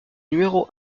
numéro